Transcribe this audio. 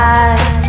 eyes